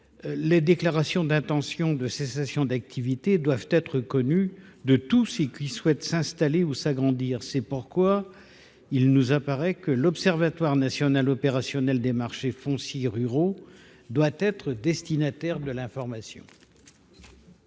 Les déclarations d’intention de cessation d’activité doivent être connues de tous ceux qui souhaitent s’installer ou agrandir leur exploitation. L’observatoire national opérationnel des marchés fonciers ruraux doit être destinataire de ces informations.